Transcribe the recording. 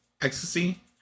ecstasy